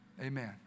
amen